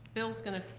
bill's gonna,